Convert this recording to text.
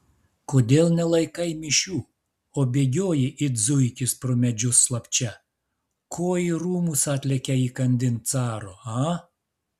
kodėl nelaikai mišių o bėgioji it zuikis pro medžius slapčia ko į rūmus atlėkei įkandin caro a